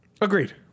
Agreed